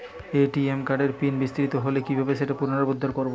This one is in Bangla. এ.টি.এম কার্ডের পিন বিস্মৃত হলে কীভাবে সেটা পুনরূদ্ধার করব?